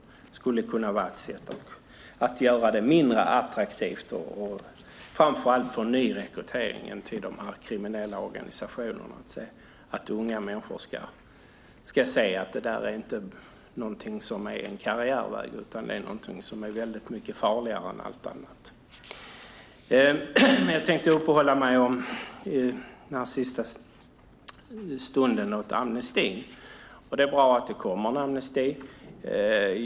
Det skulle kunna vara ett sätt att göra det mindre attraktivt att vara medlem i en sådan organisation och framför allt påverka nyrekryteringen till de kriminella organisationerna. Unga människor ska inte se det som en karriärväg utan något som är väldigt mycket farligare än allt annat. Jag vill sedan ägna den sista stunden åt amnestin. Det är bra att det kommer en amnesti.